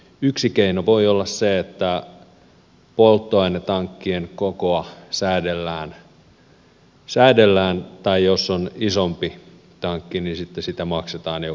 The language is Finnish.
yksi keino voi olla se että polttoainetankkien kokoa säädellään tai jos on isompi tankki niin sitten siitä maksetaan joku osuus